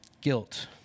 guilt